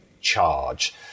charge